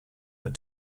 but